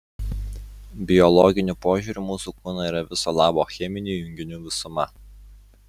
biologiniu požiūriu mūsų kūnai yra viso labo cheminių junginių visuma